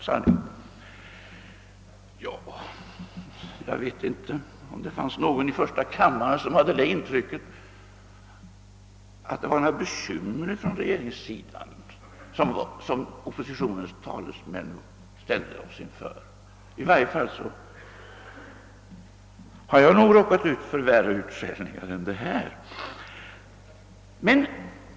Ja, jag vet inte om det var någon i första kammaren som fick intrycket att oppositionens talesmän gav oss några bekymmer. I varje fall har jag nog råkat ut för värre utskällningar.